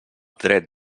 dret